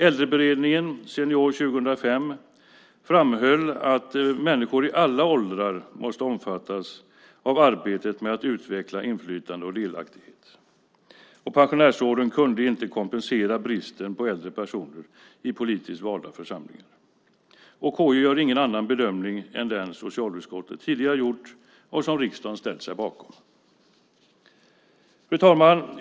Äldreberedningen Senior 2005 framhöll att människor i alla åldrar måste omfattas av arbetet med att utveckla inflytande och delaktighet. Pensionärsråden kunde inte kompensera bristen på äldre personer i politiskt valda församlingar. KU gör ingen annan bedömning än den socialutskottet tidigare gjort och som riksdagen ställt sig bakom. Fru talman!